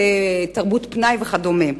תרבות פנאי וכדומה,